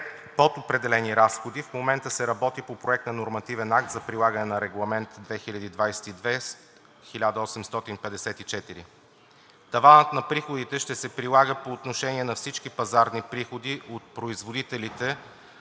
под пределни разходи, в момента се работи по проект на нормативен акт за прилагане на Регламент 2022/1854. Таванът на приходите ще се прилага по отношение на всички пазарни приходи на производители,